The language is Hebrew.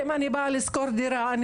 אם אני באה לשכור דירה,